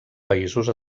països